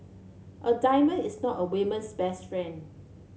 a diamond is not a woman's best friend